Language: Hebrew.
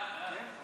לנשיאתו,